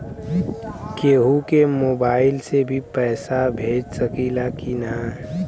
केहू के मोवाईल से भी पैसा भेज सकीला की ना?